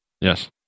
Yes